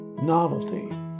novelty